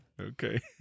Okay